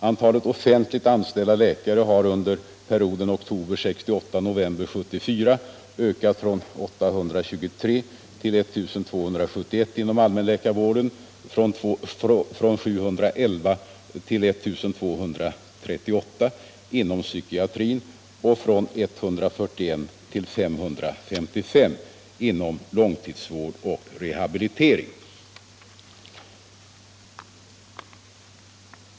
Under perioden oktober 1968-november 1974 ökade antalet offentligt anställda läkare inom allmänläkarvården från 823 till 1271, inom psykiatrin från 711 till I 238 och inom långtidsvård och rehabilitering från 141 till 555.